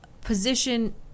position